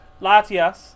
Latias